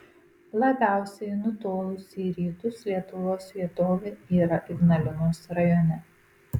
labiausiai nutolusi į rytus lietuvos vietovė yra ignalinos rajone